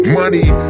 money